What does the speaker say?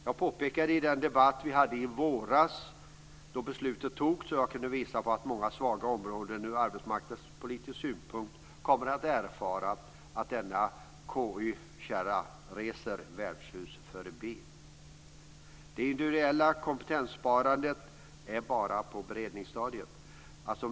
Jag påpekade i den debatt vi förde i våras - då beslutet fattades och jag kunde visa på många svaga områden ur arbetsmarknadspolitisk synpunkt - att vi kommer att erfara att denna KY-kärra reser värdshus förbi. Det individuella kompetenssparandet är bara på beredningsstadiet.